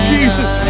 Jesus